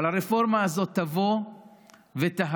אבל הרפורמה הזאת תבוא ותהרוס